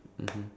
mmhmm